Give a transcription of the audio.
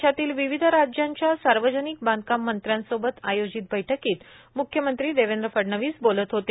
देशातील विविध राज्यांच्या सार्वजनिक बांधकाम मंत्र्यांसोबत आयोजित बैठकीत मुख्यमंत्री देवेंद्र फडणवीस बोलत होते